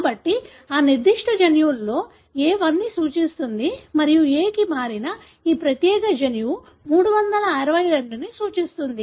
కాబట్టి ఆ నిర్దిష్ట జన్యువులో A 1 ని సూచిస్తుంది మరియు A కి మారిన ఈ ప్రత్యేక జన్యువు 362 ని సూచిస్తుంది